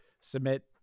submit